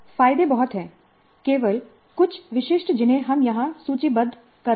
फायदे बहुत हैं केवल कुछ विशिष्ट जिन्हें हम यहां सूचीबद्ध कर रहे हैं